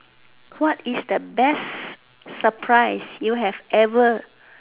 what is the best surprise you have ever